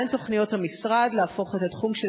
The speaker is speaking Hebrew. מה הן תוכניות המשרד להפוך את התחום של